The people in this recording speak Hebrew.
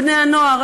בני-הנוער,